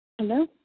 Hello